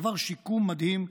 עבר שיקום מדהים,